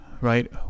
right